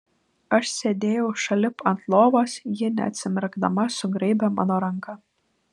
aš sėdėjau šalip ant lovos ji neatsimerkdama sugraibė mano ranką